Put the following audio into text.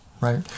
right